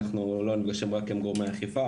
אנחנו לא נפגשים רק עם גורמי האכיפה,